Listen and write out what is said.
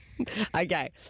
Okay